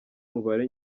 umubare